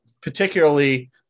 particularly